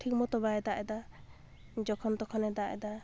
ᱴᱷᱤᱠ ᱢᱚᱛᱚ ᱵᱟᱭ ᱫᱟᱜ ᱮᱫᱟ ᱡᱚᱠᱷᱚᱱ ᱛᱚᱠᱷᱚᱱᱮ ᱫᱟᱜ ᱮᱫᱟ